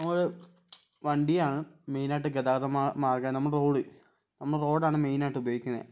നമ്മള് വണ്ടിയാണ് മെയിന് ആയിട്ട് ഗതാഗത മാർഗ്ഗം നമ്മൾ റോഡ് നമ്മൾ റോഡ് ആണ് മെയിന് ആയിട്ട് ഉപയോഗിക്കുന്നത്